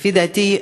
לפי דעתי,